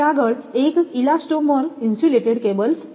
આગળ એક elastomer insulated cables છે